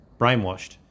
brainwashed